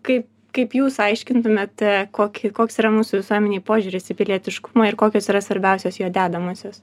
kaip kaip jūs aiškintumėt kokį koks yra mūsų visuomenėj požiūris į pilietiškumą ir kokios yra svarbiausios jo dedamosios